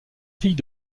fille